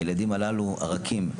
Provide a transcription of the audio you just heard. הילדים הרכים הללו,